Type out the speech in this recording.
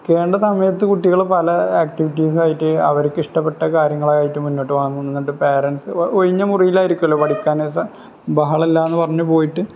പഠിക്കേണ്ട സമയത്ത് കുട്ടികള് പല ആക്ടിവിറ്റീസായിട്ട് അവർക്കിഷ്ടപ്പെട്ട കാര്യങ്ങളുമായിട്ട് മുന്നോട്ട് പോകുന്നുണ്ട് പാരെൻറ്റ്സ് ഒഴിഞ്ഞ മുറിലായിരിക്കുമല്ലോ പഠിക്കാനൊക്കെ ബഹളമില്ലെന്നു പറഞ്ഞ് പോയിട്ട്